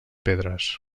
pedres